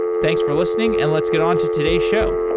thanks for listening and let's get on to today's show.